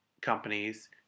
companies